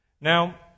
Now